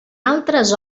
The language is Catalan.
altres